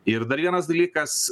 ir dar vienas dalykas